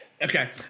Okay